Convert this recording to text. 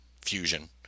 Fusion